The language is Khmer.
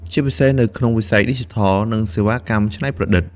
ជាពិសេសនៅក្នុងវិស័យឌីជីថល និងសេវាកម្មច្នៃប្រឌិត។